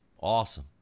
Awesome